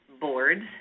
boards